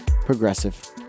progressive